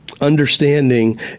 Understanding